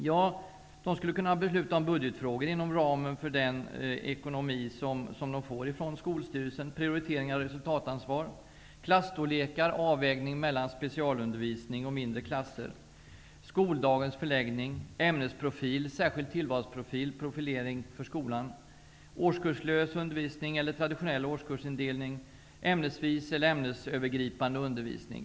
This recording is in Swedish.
Jo, de skulle inom ramen för de ekonomiska direktiv som de får från skolstyrelsen kunna besluta om budgetfrågor, prioriteringar, resultatansvar, klasstorlekar, avvägningar mellan specialundervisning och mindre klasser, skoldagens förläggning, ämnesprofil, särskild tillvalsprofil, profilering för skolan, årskurslös undervisning eller traditionell årskursindelning, ämnesvis eller ämnesövergripande undervisning.